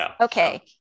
Okay